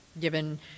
given